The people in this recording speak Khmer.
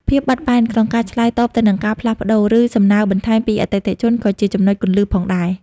ភាពបត់បែន ក្នុងការឆ្លើយតបទៅនឹងការផ្លាស់ប្ដូរ ឬសំណើរបន្ថែមពីអតិថិជនក៏ជាចំណុចគន្លឹះផងដែរ។